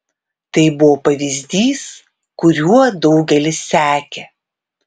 tai buvo pavyzdys kuriuo daugelis sekė